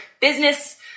business